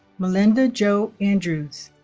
melinda jo andrews